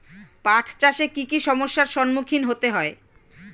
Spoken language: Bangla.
পাঠ চাষে কী কী সমস্যার সম্মুখীন হতে হয়?